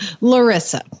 Larissa